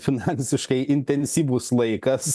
finansiškai intensyvus laikas